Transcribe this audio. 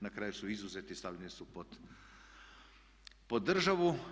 Na kraju su izuzeti i stavljeni su pod državu.